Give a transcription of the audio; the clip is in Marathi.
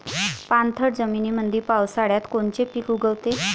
पाणथळ जमीनीमंदी पावसाळ्यात कोनचे पिक उगवते?